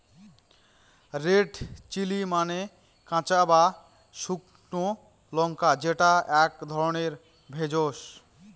red chilli মানে কাঁচা বা শুকনো লঙ্কা যেটা এক ধরনের ভেষজ